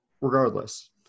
regardless